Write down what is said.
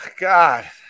god